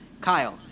Kyle